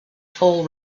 toll